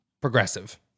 progressive